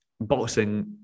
boxing